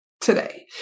today